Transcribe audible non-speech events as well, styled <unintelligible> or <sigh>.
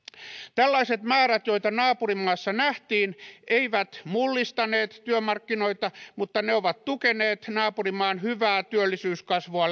tällaiset määrät joita naapurimaassa nähtiin eivät mullistaneet työmarkkinoita mutta ne ovat tukeneet naapurimaan hyvää työllisyyskasvua <unintelligible>